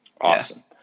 Awesome